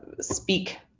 speak